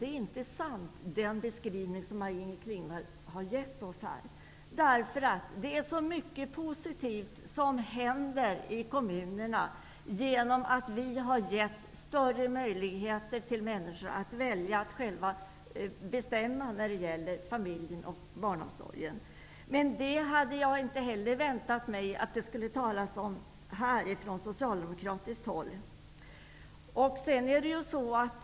Den beskrivning som Maj-Inger Klingvall gjorde är inte sann. Det är nämligen så mycket positivt som händer i kommunerna genom att vi har gett människor större möjligheter att välja och själva bestämma när det gäller familjen och barnomsorgen. Men jag hade inte väntat mig att man från socialdemokratiskt håll skulle tala om det.